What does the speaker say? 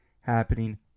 happening